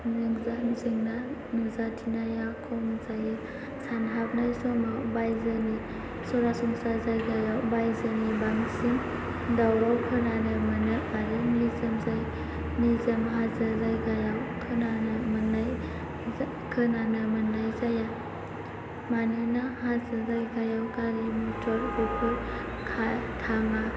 जों जेंना नुजाथिनाया खम जायो सानहाबनाय समाव बायजोनि सरासनस्रा जायगायाव बायजोनि बांसिन दावराव खोनानो मोनो आरो निजोम जायगा निजोम हाजो जायगायाव खोनानो मोननाय जाया मानोना हाजो जायगायाव गारि मटर बेफोर खारा थाङा